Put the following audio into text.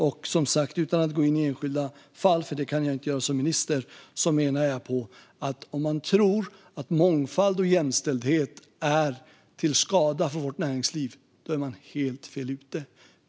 Jag kan som minister, som sagt, inte gå in på enskilda fall, men jag menar att man är helt fel ute om man tror att mångfald och jämställdhet är till skada för vårt näringsliv.